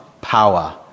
power